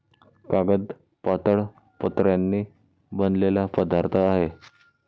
कागद पातळ पत्र्यांनी बनलेला पदार्थ आहे